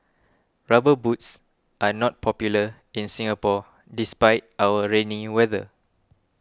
rubber boots are not popular in Singapore despite our rainy weather